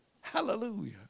Hallelujah